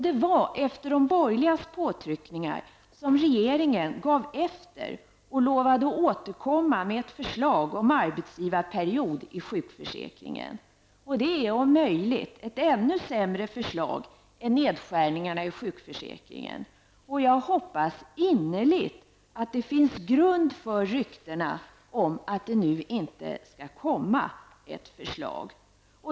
Det var efter de borgerligas påtryckningar som regeringen gav efter och lovade att återkomma med ett förslag om en arbetsgivarperiod i sjukförsäkringen. Och det är om möjligt ett ännu sämre förslag än nedskärningarna i sjukförsäkringen. Jag hoppas innerligt att det finns grund för ryktena att det inte skall läggas fram något sådant förslag.